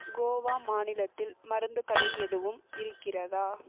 கோவா மாநிலத்தில் மருந்துக் கடை எதுவும் இருக்கிறதா